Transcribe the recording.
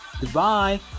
Goodbye